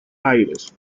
aires